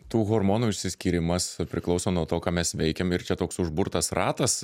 tų hormonų išsiskyrimas priklauso nuo to ką mes veikiam ir čia toks užburtas ratas